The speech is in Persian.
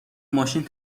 ماشین